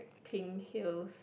pink heels